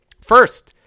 First